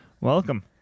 Welcome